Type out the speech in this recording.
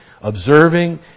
observing